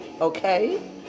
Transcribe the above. okay